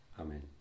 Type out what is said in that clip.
Amen